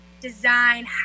design